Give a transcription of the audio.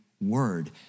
word